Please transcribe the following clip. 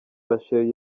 rachel